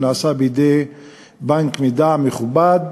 שנעשה בידי בנק מידע מכובד.